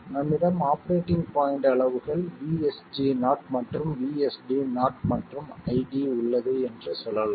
நம்மிடம் operating point அளவுகள் VSG0 மற்றும் VSD0 மற்றும் ID உள்ளது என்று சொல்லலாம்